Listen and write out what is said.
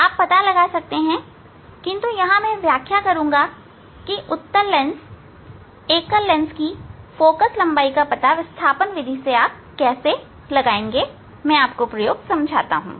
आप पता लगा सकते हैं किंतु यहां मैं व्याख्या करूंगा की उत्तल लेंस एकल लेंस की फोकल लंबाई का पता विस्थापन विधि से किस प्रकार लगाएंगे मैं आपको प्रयोग समझाता हूं